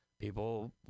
People